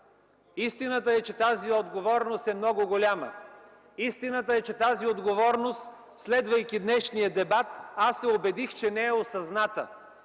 Истината е, че тази отговорност е много голяма. Истината е, че тази отговорност, следвайки днешния дебат, се убедих, че не е осъзната.